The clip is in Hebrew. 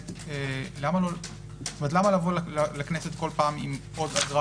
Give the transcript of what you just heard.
למה לבוא לכנסת כל פעם עם עוד אגרה